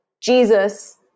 Jesus